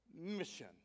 mission